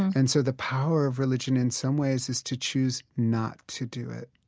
and so the power of religion in some ways is to choose not to do it,